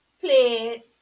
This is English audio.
play